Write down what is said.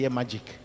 magic